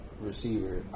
receiver